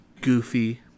goofy